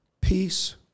peace